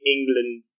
England